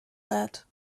that